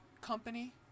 company